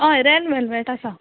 हय red velvet आसा